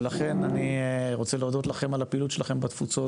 ולכן אני רוצה להודות לכם על הפעילות שלכם בתפוצות,